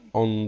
on